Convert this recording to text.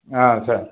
ஆ சேரி